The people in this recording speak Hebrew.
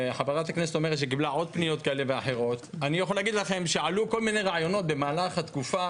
אני יכול להגיד שעלו כל מיני רעיונות במהלך התקופה,